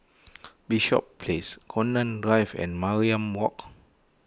Bishops Place Connaught Drive and Mariam Walk